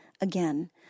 again